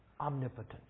omnipotent